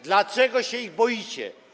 Dlaczego się ich boicie?